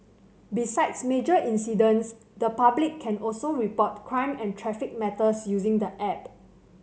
besides major incidents the public can also report crime and traffic matters using the app